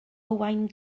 owain